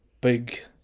big